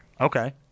Okay